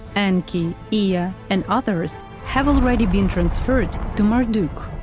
enki, ea and others have already been transferred to marduk.